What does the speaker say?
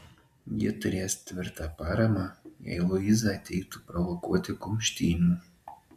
ji turės tvirtą paramą jei luiza ateitų provokuoti kumštynių